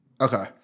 Okay